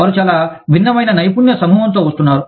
వారు చాలా భిన్నమైన నైపుణ్య సమూహం తో వస్తున్నారు